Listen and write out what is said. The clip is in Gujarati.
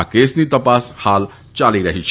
આ કેસની તપાસ હાલ યાલી રહી છે